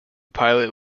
pilot